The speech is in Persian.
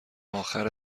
آخر